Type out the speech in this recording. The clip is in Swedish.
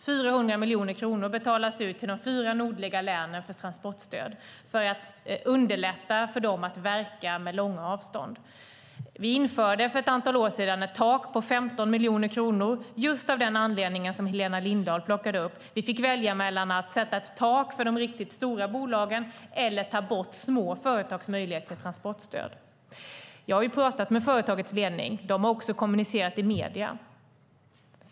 400 miljoner kronor betalas ut till de fyra nordliga länen som transportstöd för att underlätta för dem som har långa avstånd att verka. För ett antal år sedan införde vi ett tak på 15 miljoner kronor just av den anledning som Helena Lindahl nämnde. Vi fick välja mellan att sätta ett tak för de riktigt stora bolagen eller ta bort små företags möjligheter till transportstöd. Jag har pratat med företagets ledning. Man har också uttalat sig i medierna.